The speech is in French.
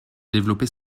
développer